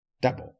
double